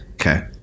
Okay